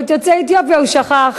אבל את יוצאי אתיופיה הוא שכח.